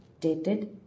dated